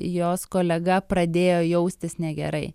jos kolega pradėjo jaustis negerai